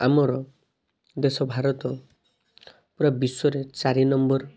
ଆମର ଦେଶ ଭାରତ ପୁରା ବିଶ୍ୱରେ ଚାରି ନମ୍ବର